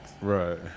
Right